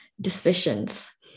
decisions